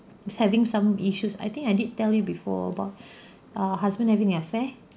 is having some issues I think I did tell you before about uh husband having affair